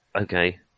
Okay